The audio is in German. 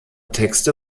texte